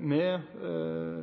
med